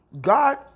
God